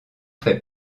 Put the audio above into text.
fait